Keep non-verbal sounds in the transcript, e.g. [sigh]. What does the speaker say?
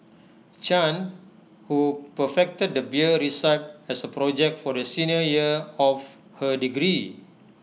chan who perfected the beer [unintelligible] has A project for the senior year of her degree